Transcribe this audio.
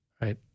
right